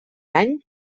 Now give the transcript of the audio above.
any